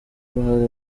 uruhare